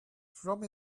from